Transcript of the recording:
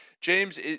James